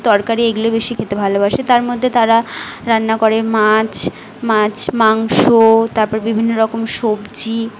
তরকারি এগুলো বেশি খেতে ভালোবাসে তার মধ্যে তারা রান্না করে মাছ মাছ মাংস তারপর বিভিন্ন রকম সবজি